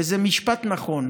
וזה משפט נכון,